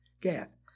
Gath